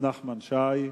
נחמן שי,